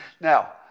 Now